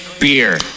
beer